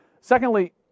Secondly